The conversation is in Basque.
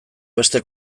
beste